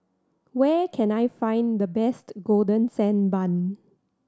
where can I find the best Golden Sand Bun